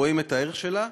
רואים את הערך שלו,